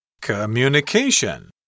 Communication